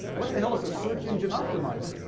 what the hell is a search engine optimizer?